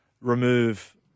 remove